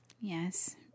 yes